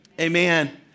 amen